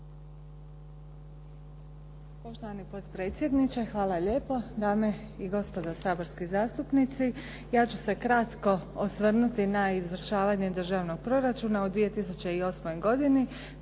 hvala lijepo. Dame i gospodo saborski zastupnici. Ja ću se kratko osvrnuti na izvršavanje državnog proračuna u 2008. godini,